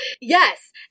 yes